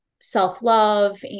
self-love